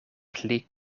pli